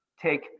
take